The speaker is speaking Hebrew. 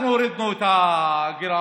אנחנו הורדנו את הגירעון.